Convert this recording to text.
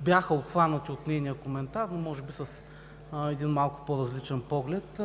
бяха обхванати от нейния коментар, но може би с един малко по-различен поглед.